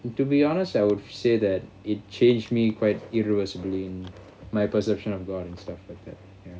and to be honest I would say that it changed me quite irreversibly in my perception of god and stuff like that